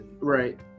Right